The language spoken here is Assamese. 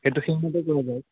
সেইটো সেইমতেই কৰা যাওক